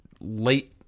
late